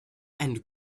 and